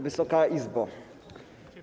Wysoka Izbo!